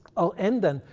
i'll end, then,